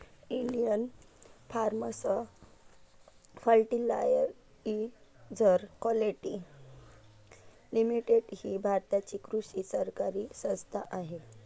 Indian farmers fertiliser quality limited ही भारताची कृषी सहकारी संस्था आहे